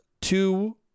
two